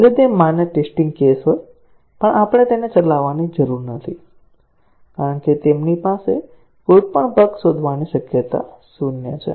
ભલે તે માન્ય ટેસ્ટીંગ કેસ હોય પણ આપણે તેને ચલાવવાની જરૂર નથી કારણ કે તેમની પાસે કોઈપણ બગ શોધવાની શક્યતા શૂન્ય છે